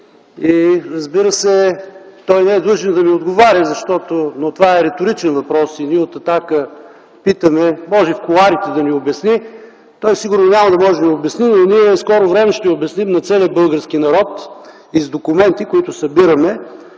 Разбира се, той не е длъжен да ми отговаря, защото това е риторичен въпрос. Ние от „Атака” питаме, може и в кулоарите да ни обясни. Той сигурно няма да може да ни обясни, но ние в скоро време ще обясним на целия български народ и с документи, които събираме,